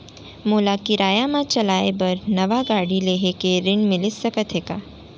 मोला किराया मा चलाए बर नवा गाड़ी लेहे के ऋण मिलिस सकत हे का?